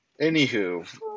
anywho